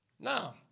Now